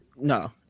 no